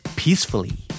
peacefully